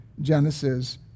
Genesis